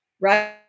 right